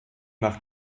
nach